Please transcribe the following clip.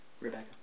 Rebecca